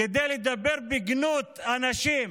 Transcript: כדי לדבר בגנות אנשים